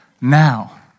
Now